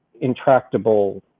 intractable